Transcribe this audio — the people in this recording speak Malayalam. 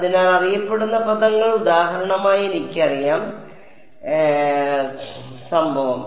അതിനാൽ അറിയപ്പെടുന്ന പദങ്ങൾ ഉദാഹരണമായി എനിക്കറിയാം എനിക്കറിയാം എനിക്കറിയാം സംഭവം